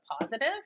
positive